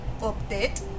update